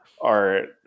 Art